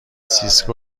سیسکو